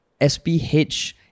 SPH